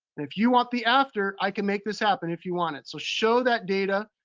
if you want the after, i can make this happen if you want it. so show that data,